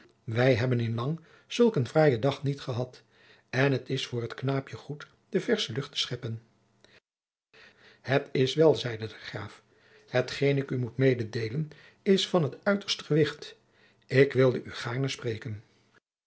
wij hebben in lang zulk een fraaien dag niet gehad en het is voor het knaapje goed de versche lucht te scheppen jacob van lennep de pleegzoon het is wel zeide de graaf hetgeen ik u moet mededeelen is van t uiterst gewicht ik wilde u gaarne spreken